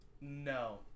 No